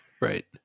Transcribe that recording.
Right